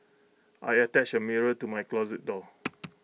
I attached A mirror to my closet door